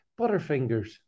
Butterfingers